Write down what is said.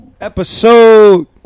Episode